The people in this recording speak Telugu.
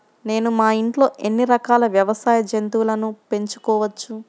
నేను మా ఇంట్లో ఎన్ని రకాల వ్యవసాయ జంతువులను పెంచుకోవచ్చు?